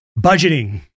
Budgeting